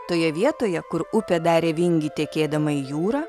toje vietoje kur upė darė vingį tekėdama į jūrą